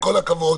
גם בדיוני הקבינט.